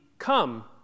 Come